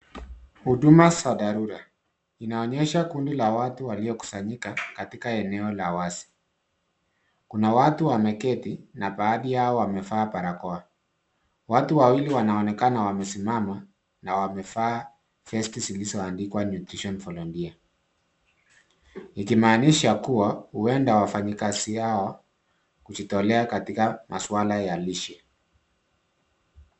Huduma za dharura. Inaonyesha kundi la watu waliokusanyika katika eneo la wazi. Kuna watu wameketi, na baadhi yao wamevaa barakoa. Watu wawili wanaonekana wamesimama na wamevaa vesti zilizoandikwa Nutrition voluteer ikimaanisha kuwa, huenda wafanyakazi hawa hujitolea katika maswala ya lishe.